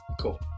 Cool